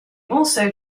also